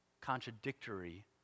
contradictory